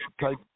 type